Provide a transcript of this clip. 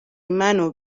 منو